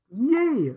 Yay